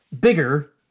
bigger